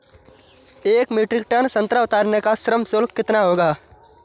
एक metric tonne संतरा उतारने का श्रम शुल्क कितना होगा?